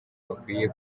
bakwiye